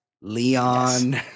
Leon